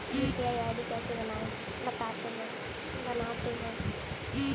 UPI ID कैसे बनाते हैं?